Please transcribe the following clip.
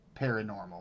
paranormal